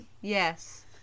yes